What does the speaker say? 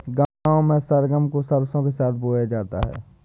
गांव में सरगम को सरसों के साथ बोया जाता है